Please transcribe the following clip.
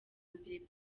mbere